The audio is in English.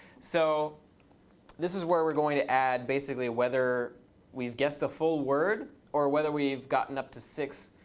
so this is where we're going to add basically whether we've guessed the full word or whether we've gotten up to six